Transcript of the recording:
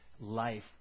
life